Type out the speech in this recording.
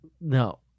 No